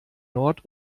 nord